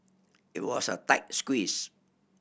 it was a tight squeeze